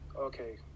Okay